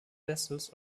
vessels